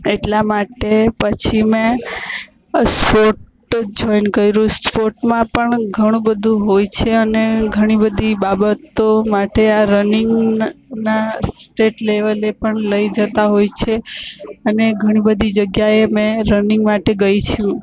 એટલા માટે પછી મેં સ્પોટ જોઇન કર્યું સ્પોર્ટ્સમાં પણ ઘણું બધું હોય છે અને ઘણીબધી બાબતો માટે આ રનિંગ ના સ્ટેટ લેવલે પણ લઈ જતાં હોય છે અને ઘણી બધી જગ્યાએ મેં રનિંગ માટે ગઈ છું